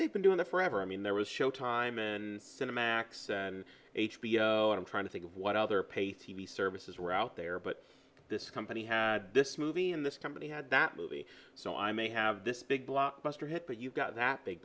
they've been doing it forever i mean there was show time in cinemax h b o i'm trying to think of what other pay t v services were out there but this company had this movie and this company had that movie so i may have this big blockbuster hit but you've got that big